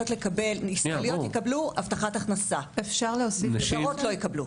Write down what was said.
ישראליות יקבלו הבטחת הכנסה וזרות לא יקבלו.